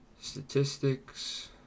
Statistics